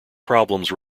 problems